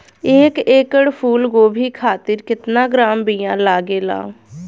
एक एकड़ फूल गोभी खातिर केतना ग्राम बीया लागेला?